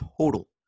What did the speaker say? total